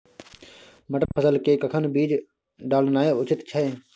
मटर फसल के कखन बीज डालनाय उचित छै?